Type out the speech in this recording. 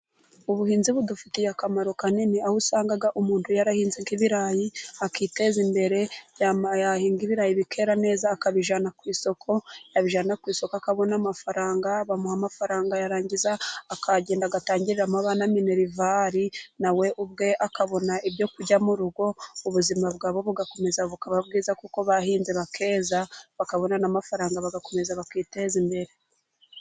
Ubuhinzi budufitiye akamaro kanini aho usanga umuntu yarahinze ibirayi, akiteza imbere, yahinga ibirayi bikera neza akabijyana ku isoko, yabijyana ku isoko akabona amafaranga, bamuha amafaranga yarangiza akagenda agatangira abana minerivari, na we ubwe akabona ibyo kurya mu rugo, ubuzima bwabo bugakomeza bukaba bwiza, kuko bahinze bakeza bakabona amafaranga bagakomeza bakiteza imbere.